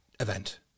event